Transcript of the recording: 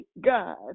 God